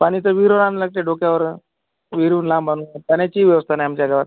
पाणी तर विहिरीहून आणावी लागते डोक्यावर विहिरीहून लांब आणून पाण्याचीही व्यवस्था नाही आमच्या गावात